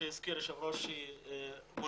המשלחת הנכבדה מעיריית רהט אני חושב שרהט לא רק הבירה של